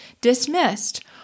dismissed